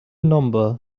number